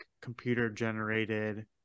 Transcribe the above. computer-generated